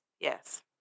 Yes